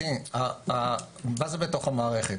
מה זה בתוך המערכת?